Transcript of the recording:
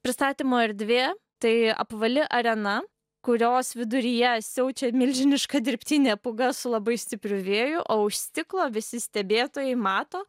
pristatymo erdvė tai apvali arena kurios viduryje siaučia milžiniška dirbtinė pūga su labai stipriu vėju o už stiklo visi stebėtojai mato